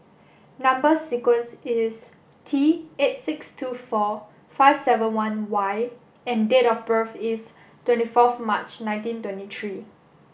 number sequence is T eight six two four five seven one Y and date of birth is twenty fourth March nineteen twenty three